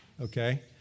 okay